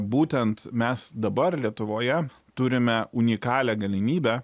būtent mes dabar lietuvoje turime unikalią galimybę